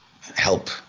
help